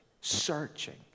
searching